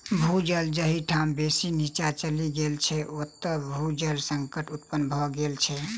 भू जल जाहि ठाम बेसी नीचाँ चलि गेल छै, ओतय भू जल संकट उत्पन्न भ गेल छै